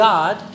God